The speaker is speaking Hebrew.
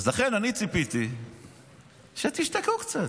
אז לכן אני ציפיתי שתשתקו קצת,